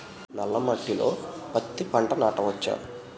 నల్ల మట్టిలో పత్తి పంట నాటచ్చా?